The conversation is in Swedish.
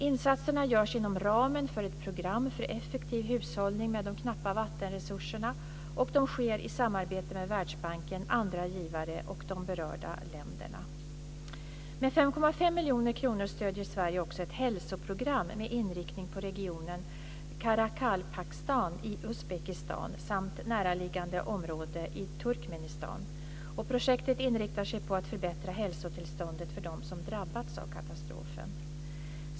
Insatserna görs inom ramen för ett program för effektiv hushållning med de knappa vattenresurserna och de sker i samarbete med Världsbanken, andra givare och de berörda länderna. Med 5,5 miljoner kronor stöder Sverige också ett hälsoprogram med inriktning på regionen Karakalpakstan i Uzbekistan samt näraliggande område i Turkmenistan. Projektet inriktar sig på att förbättra hälsotillståndet för dem som drabbats av katastrofen.